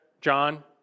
John